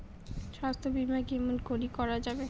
স্বাস্থ্য বিমা কেমন করি করা যাবে?